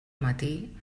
matí